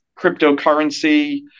cryptocurrency